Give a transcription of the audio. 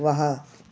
वाह